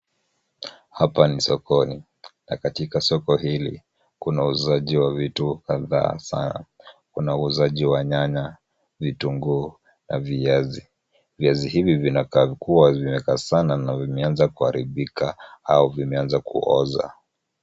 Hapa ni sokoni na katika soko hili kuna uuzaji wa vitu kadhaa kuna uuzaji wa nyanya, vitunguu na viazi. Viazi hivi vinakaa kuwa vimekaa sana na vimeanza kuharibika au vimeanza kuoza.